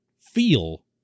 feel